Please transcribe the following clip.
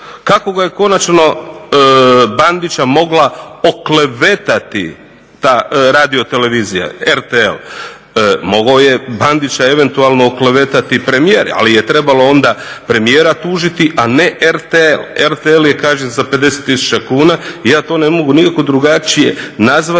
Kako ga je konačno Bandića mogla oklevetati ta radiotelevizija RTL. Mogao je Bandića eventualno oklevetati premijer, ali je trebalo onda premijera tužiti, a ne RTL. RTL je kažnjen sa 50000 kuna. Ja to ne mogu nikako drugačije nazvati